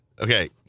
okay